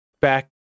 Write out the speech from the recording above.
back